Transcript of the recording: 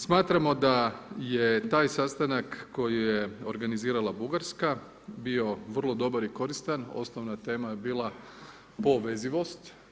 Smatramo da je taj sastanak koji je organizirala Bugarska bio vrlo dobar i koristan, osnovna tema je bila povezanost.